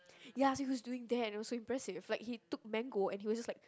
ya so he was doing that and it was so impressive like he took mango and he was just like